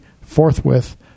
forthwith